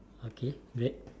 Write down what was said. okay great